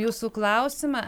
jūsų klausimą